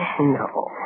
No